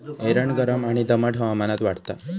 एरंड गरम आणि दमट हवामानात वाढता